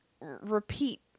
repeat